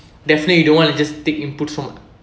definitely you don't wanna just take input from